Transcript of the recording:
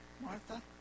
Martha